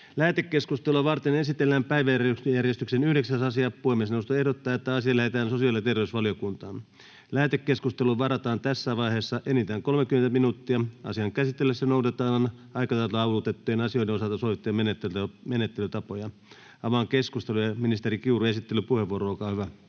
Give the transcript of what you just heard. Lähetekeskustelua varten esitellään päiväjärjestyksen 16. asia. Puhemiesneuvosto ehdottaa, että asia lähetetään liikenne- ja viestintävaliokuntaan. Lähetekeskusteluun varataan tässä vaiheessa enintään 30 minuuttia. Asian käsittelyssä noudatetaan aikataulutettujen asioiden osalta sovittuja menettelytapoja. — Avaan keskustelun. Esittelypuheenvuoro, ministeri